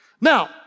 Now